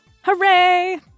Hooray